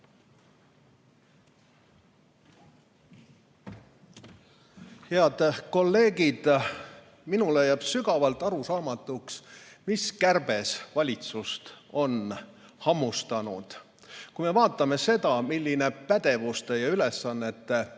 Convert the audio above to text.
Head kolleegid! Minule jääb sügavalt arusaamatuks, mis kärbes on valitsust hammustanud. Kui me vaatame seda, milline pädevuste, ülesannete